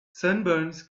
sunburns